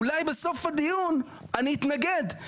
אולי בסוף הדיון אני אתנגד.